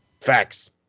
Facts